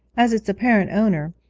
as its apparent owner,